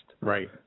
Right